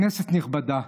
כנסת נכבדה,